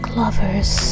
lovers